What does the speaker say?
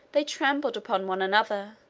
they trampled upon one another,